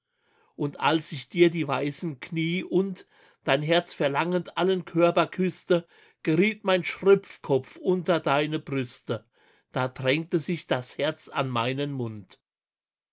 und als ich dir die weißen knie und dein herz verlangend allen körper küßte geriet mein schröpfkopf unter deine brüste da drängte sich das herz an meinen mund